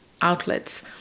outlets